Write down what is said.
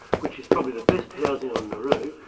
which is probably the best housing on nauru,